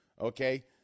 okay